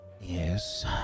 Yes